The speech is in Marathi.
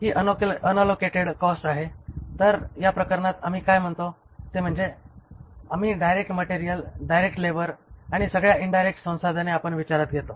ही अनअलोकेटेड कॉस्ट आहे तर या प्रकरणात आम्ही काय म्हणतो म्हणजे आम्ही डायरेक्ट मटेरियल डायरेक्ट लेबर आणि सगळ्या इन्डायरेक्ट संसाधने आपण विचारात घेतो